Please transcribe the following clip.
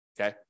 okay